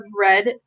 red